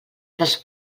dels